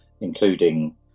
including